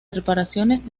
reparaciones